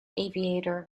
aviator